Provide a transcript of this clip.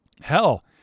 hell